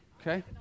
Okay